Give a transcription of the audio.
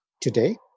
Today